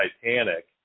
Titanic